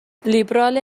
لیبرال